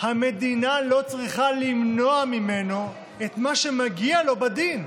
המדינה לא צריכה למנוע ממנו את מה שמגיע לו בדין,